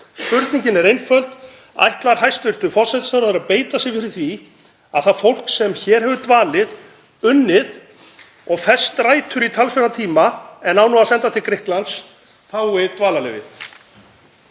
Spurningin er einföld: Ætlar hæstv. forsætisráðherra að beita sér fyrir því að það fólk sem hér hefur dvalið, unnið og fest rætur í talsverðan tíma, en á nú að senda til Grikklands, fái dvalarleyfi?